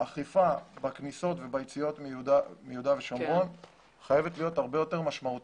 אני חושב שהאכיפה בכניסות וביציאות חייבת היות הרבה יותר משמעותית.